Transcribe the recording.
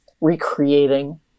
recreating